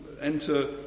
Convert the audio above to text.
enter